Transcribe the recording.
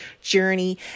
journey